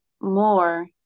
more